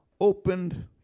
opened